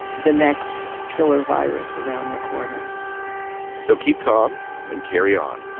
the next killer virus around the corner so keep calm and carry on